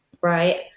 right